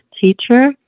Teacher